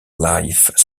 life